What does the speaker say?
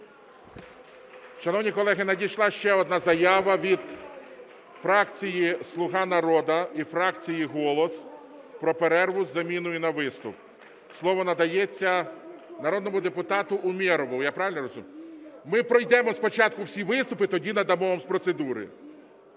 Шановні колеги, надійшла ще одна заява від фракції "Слуга народу" і фракції "Голос" про перерву з заміною на виступ. Слово надається народному депутату Умєрову. Я правильно розумію? Ми пройдемо спочатку всі виступи, тоді надамо вам з процедури.